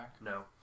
No